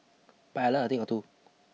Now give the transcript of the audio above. but I learnt a thing or two